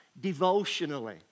devotionally